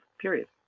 period